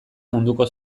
munduko